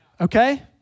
Okay